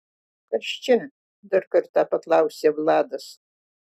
kas čia dar kartą paklausia vladas